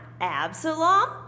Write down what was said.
Absalom